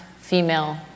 female